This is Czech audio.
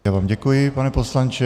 Já vám děkuji, pane poslanče.